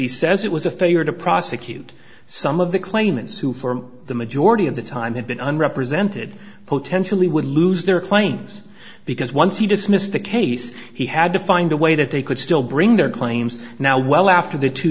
he says it was a failure to prosecute some of the claimants who for the majority of the time had been represented potentially would lose their claims because once he dismissed the case he had to find a way that they could still bring their claims now well after the two